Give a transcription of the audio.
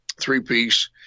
three-piece